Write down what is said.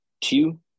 two